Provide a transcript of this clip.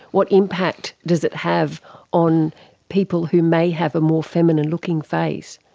what impact does it have on people who may have a more feminine looking face?